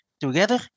together